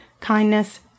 kindness